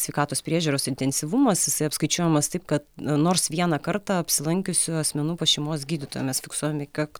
sveikatos priežiūros intensyvumas jisai apskaičiuojamas taip kad nors vieną kartą apsilankiusių asmenų pas šeimos gydytoją mes fiksuojam kiek to